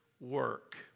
work